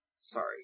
Sorry